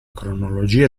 cronologia